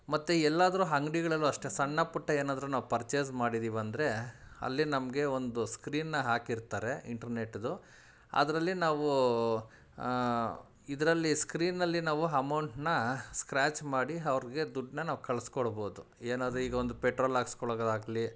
ಮತ್ತು ಎಲ್ಲಾದರೂ ಅಂಗ್ಡಿಗಳಲ್ಲು ಅಷ್ಟೇ ಸಣ್ಣ ಪುಟ್ಟ ಏನಾದರೂ ನಾವು ಪರ್ಚೇಸ್ ಮಾಡಿದೀವ್ ಅಂದರೆ ಅಲ್ಲಿ ನಮಗೆ ಒಂದು ಸ್ಕ್ರೀನ್ನ ಹಾಕಿರ್ತಾರೆ ಇಂಟ್ರ್ನೆಟ್ದು ಅದರಲ್ಲಿ ನಾವೂ ಇದರಲ್ಲಿ ಸ್ಕ್ರೀನಿನಲ್ಲಿ ನಾವು ಅಮೌಂಟ್ನ ಸ್ಕ್ರಾಚ್ ಮಾಡಿ ಅವ್ರಿಗೆ ದುಡ್ಡನ್ನ ನಾವು ಕಳಿಸ್ಕೊಡ್ಬೋದು ಏನಾದರೂ ಈಗ ಒಂದು ಪೆಟ್ರೋಲ್ ಹಾಕಿಸ್ಕೊಳದ್ ಆಗಲಿ